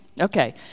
Okay